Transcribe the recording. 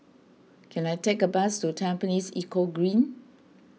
can I take a bus to Tampines Eco Green